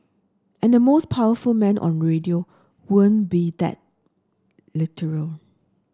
and the most powerful man on radio won't be that literal